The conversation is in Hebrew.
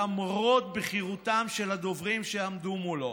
למרות בכירותם של הדוברים שעמדו מולו